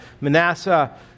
Manasseh